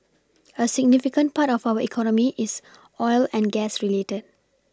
a significant part of our economy is oil and gas related